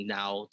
now